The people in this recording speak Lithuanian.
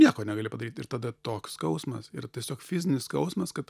nieko negali padaryt ir tada toks skausmas yra tiesiog fizinis skausmas kad